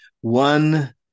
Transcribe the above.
One